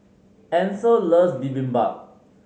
Ancel loves Bibimbap